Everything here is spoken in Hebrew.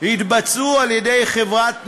יתבצעו על-ידי חברת ניהול,